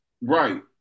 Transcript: Right